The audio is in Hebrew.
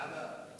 ועדת הפנים.